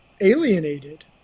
alienated